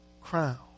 crown